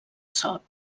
sort